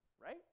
right